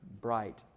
bright